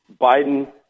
Biden